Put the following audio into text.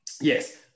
Yes